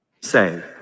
say